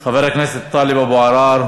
טלב אבו עראר